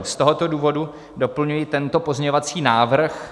Z tohoto důvodu doplňuji tento pozměňovací návrh.